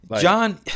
John